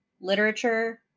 literature